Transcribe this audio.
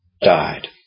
died